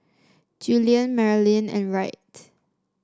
Julian Maralyn and Wright